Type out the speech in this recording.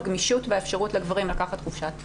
גמישות באפשרות של הגברים לקחת חופשה.